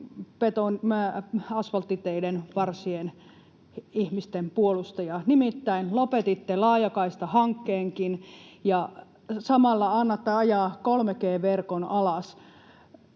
asvalttiteiden varsien ihmisten puolustaja. Nimittäin lopetitte laajakaistahankkeenkin, ja samalla annatte ajaa 3G-verkon alas